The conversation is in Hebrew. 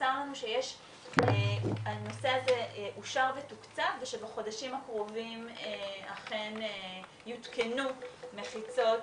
נמסר לנו שהנושא הזה אושר ותוקצב ושבחודשים הקרובים אכן יותקנו מחיצות